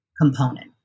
component